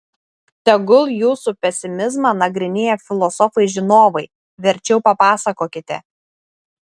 tegul jūsų pesimizmą nagrinėja filosofai žinovai verčiau papasakokite